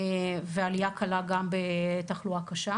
ועלייה קלה גם בתחלואה הקשה.